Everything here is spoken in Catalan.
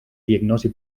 diagnosi